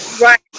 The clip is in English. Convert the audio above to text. right